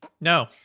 no